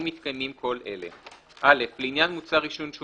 אם מתקיימים כל אלה: "(א) לעניין מוצר עישון שהוא